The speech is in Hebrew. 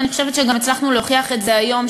ואני חושבת שגם הצלחנו להוכיח את זה היום,